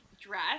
dress